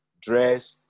dress